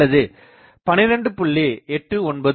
அல்லது 12